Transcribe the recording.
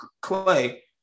Clay